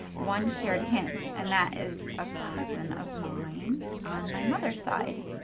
one shared hint, and that is a cousin of mine on my mother's side.